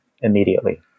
immediately